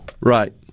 Right